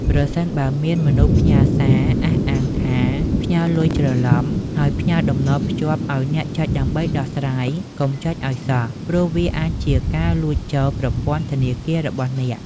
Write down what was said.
ប្រសិនបើមានមនុស្សផ្ញើសារអះអាងថាផ្ញើលុយច្រឡំ ហើយផ្ញើតំណភ្ជាប់ឱ្យអ្នកចុចដើម្បីដោះស្រាយ កុំចុចឱ្យសោះ ព្រោះវាអាចជាការលួចចូលប្រព័ន្ធធនាគាររបស់អ្នក។